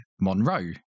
Monroe